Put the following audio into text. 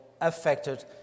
affected